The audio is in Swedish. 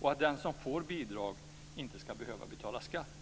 och att den som får bidrag inte ska behöva betala skatt.